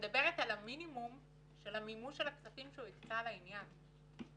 המינימום הוא מימוש הכספים שכבר הוקצו לטובת העניין.